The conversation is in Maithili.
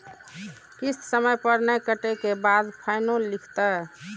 किस्त समय पर नय कटै के बाद फाइनो लिखते?